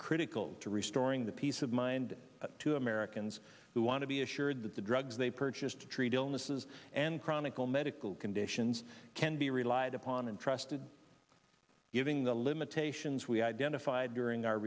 critical to restoring the peace of mind to americans who want to be assured that the drugs they purchased to treat illnesses and chronicle medical conditions can be relied upon and trusted giving the limitations we identified during our